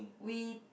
we